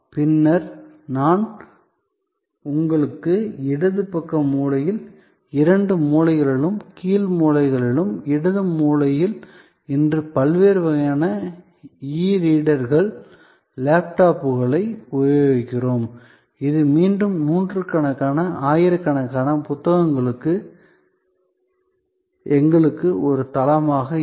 பின்னர் நான் உங்களுக்கு இடது பக்க மூலையில் இரண்டு மூலைகளிலும் கீழ் மூலைகளிலும் இடது மூலையில் இன்று பல்வேறு வகையான இ ரீடர்கள் டேப்லெட்டுகளை உபயோகிக்கிறோம் இது மீண்டும் நூற்றுக்கணக்கான ஆயிரக்கணக்கான புத்தகங்களுக்கு எங்களுக்கு ஒரு தளமாக இருக்கும்